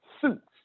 suits